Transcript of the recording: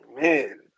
man